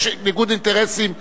יש ניגוד אינטרסים לכאורה,